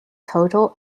total